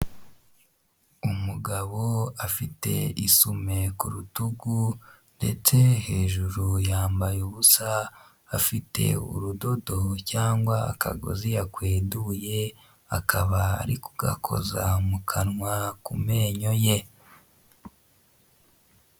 Umugabo afite isume ku rutugu ndetse hejuru yambaye ubusa, afite urudodo cyangwa akagozi yakweduye akaba ari ku gakoza mu kanwa ku menyo ye.